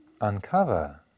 uncover